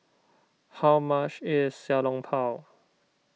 how much is Xiao Long Bao